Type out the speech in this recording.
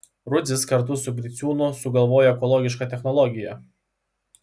rudzis kartu su griciūnu sugalvojo ekologišką technologiją